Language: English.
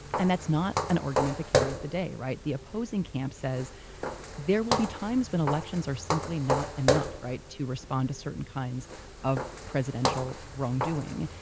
and that's not an argument that carries the day, right. the opposing camp says there will be times when elections are simply not enough, to respond to certain kinds of presidential wrongdoing.